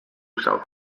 south